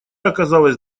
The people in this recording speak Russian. оказалось